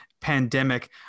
pandemic